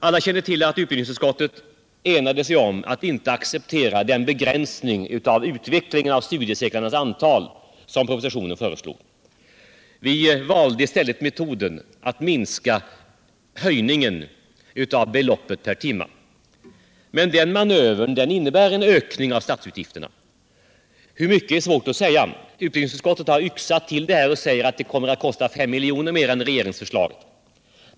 Alla känner till att utbildningsutskottet enade sig om att inte acceptera den begränsning av utvecklingen av studiecirklarnas antal som föreslogs i propositionen. Vi valde i stället metoden att minska höjningen av beloppet per timme. Men den manövern innebär en ökning av statsutgifterna — med hur mycket är svårt att säga. Utbildningsutskottet har yxat till det och säger att utskottsförslaget kostar 5 milj.kr. mer än regeringsförslaget.